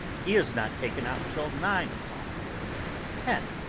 he is not taken out till nine o'clock or ten.